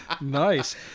Nice